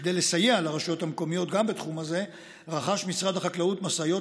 כדי לסייע לרשויות המקומיות גם בתחום הזה רכש משרד החקלאות משאיות